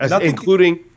Including